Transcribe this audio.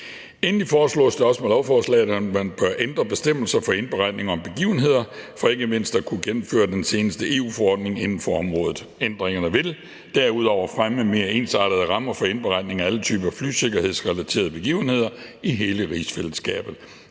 Endelig foreslås det også med lovforslaget, at man bør ændre bestemmelser for indberetninger om begivenheder for ikke mindst at kunne gennemføre den seneste EU-forordning inden for området. Ændringerne vil derudover fremme mere ensartede rammer for indberetninger af alle typer flysikkerhedsrelaterede begivenheder i hele rigsfællesskabet,